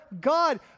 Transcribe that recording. God